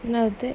then after that